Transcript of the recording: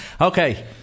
Okay